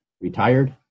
retired